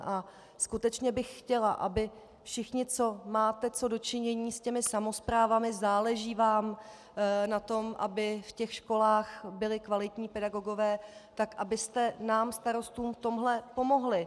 A skutečně bych chtěla, aby všichni, co máte co do činění s těmi samosprávami a záleží vám na tom, aby v těch školách byli kvalitní pedagogové, tak abyste nám starostům v tomhle pomohli.